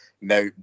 Now